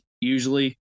usually